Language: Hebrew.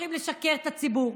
ממשיכים לשקר לציבור.